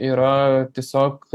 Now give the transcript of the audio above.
yra tiesiog